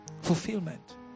Fulfillment